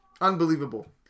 Unbelievable